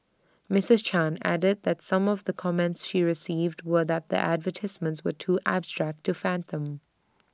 Mrs chan added that some of the comments she received were that the advertisements were too abstract to fathom